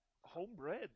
homebred